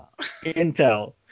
intel